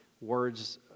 words